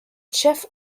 chef